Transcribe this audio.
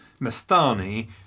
Mastani